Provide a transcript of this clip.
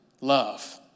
love